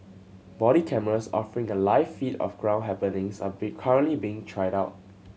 body cameras offering a live feed of ground happenings are be currently being tried out